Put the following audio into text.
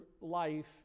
life